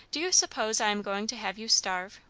do you suppose i am going to have you starve,